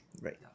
Right